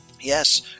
yes